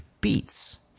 beats